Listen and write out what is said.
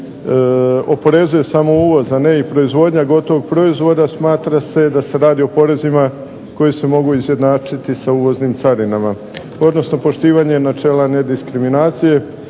oporezuje samo uvoz, a ne proizvodnja gotovog proizvoda smatra se da se radi o porezima koji se mogu izjednačiti sa uvoznim carinama, odnosno poštivanje načela nediskriminacije,